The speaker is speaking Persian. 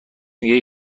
میگه